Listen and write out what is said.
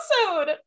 episode